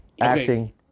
acting